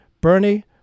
Bernie